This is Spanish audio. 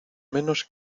menos